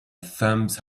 thumbs